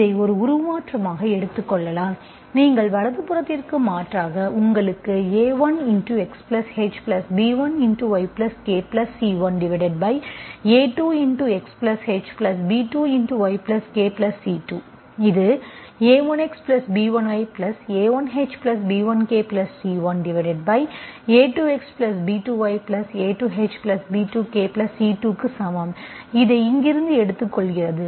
இதை ஒரு உருமாற்றமாக எடுத்துக் கொள்ளுங்கள் நீங்கள் வலது புறத்திற்கு மாற்றாக உங்களுக்கு a1Xhb1YkC1a2Xhb2YkC2 இது a1Xb1Ya1hb1k C1a2Xb2Ya2hb2kC2 க்கு சமம் அதை இங்கிருந்து எடுத்துக்கொள்கிறது